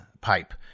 pipe